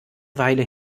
weile